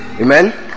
Amen